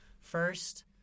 first